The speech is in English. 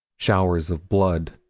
showers of blood.